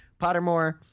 Pottermore